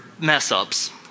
mess-ups